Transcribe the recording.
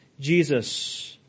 Jesus